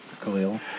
Khalil